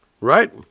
Right